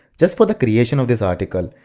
just for the creation of this article.